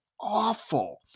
awful